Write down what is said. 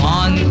on